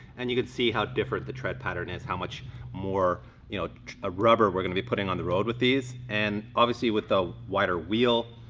and you can see how different the tread pattern is, how much more you know ah rubber we're gonna be putting on the road with these. and obviously with the wider wheel,